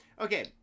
Okay